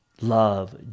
love